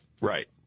Right